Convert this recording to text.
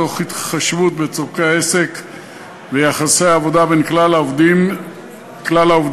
תוך התחשבות בצורכי העסק ויחסי העבודה בין כלל העובדים בו.